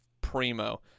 primo